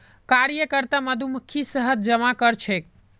कार्यकर्ता मधुमक्खी शहद जमा करछेक